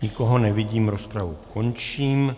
Nikoho nevidím, rozpravu končím.